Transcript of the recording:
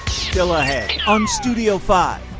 still ahead on studio five.